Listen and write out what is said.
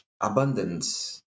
abundance